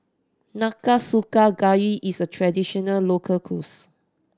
Nanakusa Gayu is a traditional local cuisine